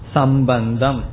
Sambandam